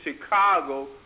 Chicago